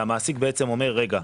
שהמעסיק בעצם אומר: רגע,